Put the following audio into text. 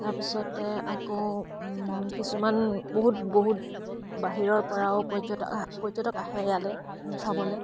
তাৰপিছতে আকৌ কিছুমান বহুত বহুত বাহিৰৰ পৰাও পৰ্যটক আ পৰ্যটক আহে ইয়ালৈ চাবলৈ